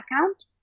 account